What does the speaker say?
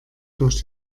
durch